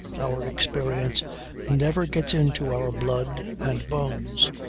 our experience never gets into our blood and bones.